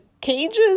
cages